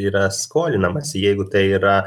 yra skolinamasi jeigu tai yra